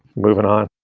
moving on